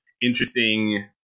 interesting